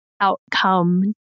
outcome